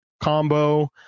combo